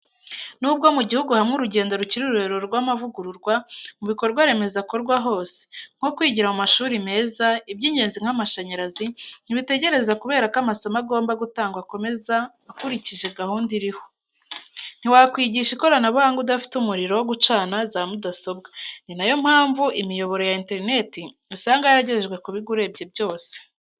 N'ubwo mu gihugu hamwe, urugendo rukiri rurerure ngo amavugururwa mu bikorwa remezo akorwe hose, nko kwigira mu mashuri meza, iby'ingenzi nk'amashanyarazi ntibitegereza kubera ko amasomo agomba gutangwa akomeza akurikije gahunda iriho. Ntiwakwigisha ikoranabuhanga udafite umuriro wo gucana za mudasobwa. Ni nayo mpamvu imiyoboro ya interneti usanga yaragejejwe ku bigo urebye byose.